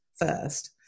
first